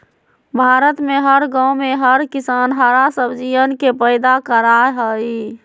भारत में हर गांव में हर किसान हरा सब्जियन के पैदा करा हई